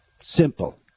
Simple